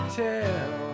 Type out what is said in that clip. tell